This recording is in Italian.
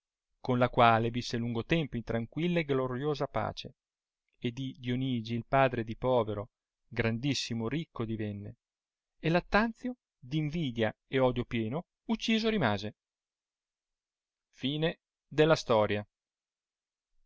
con la quale visse lungo tempo in tranquilla e gloriosa pace e di dionigi il padre di povero orandissiino ricco divenne e lattanzio d invidia e odio pieno ucciso rimase